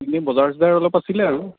এনেই বজাৰ চজাৰ অলপ আছিলে আৰু